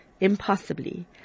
impossibly